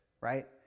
right